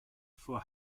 for